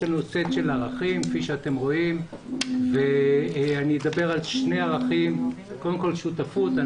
יש לנו סט של ערכים ואני אדבר על שני ערכים כאשר האחד הוא שותפות.